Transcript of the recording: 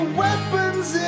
weapons